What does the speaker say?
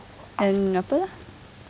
and apa